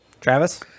Travis